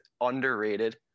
underrated